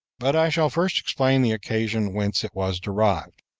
but i shall first explain the occasion whence it was derived.